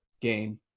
game